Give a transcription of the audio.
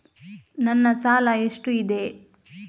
ನನ್ನ ಸಾಲ ಎಷ್ಟು ಇದೆ?